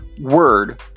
word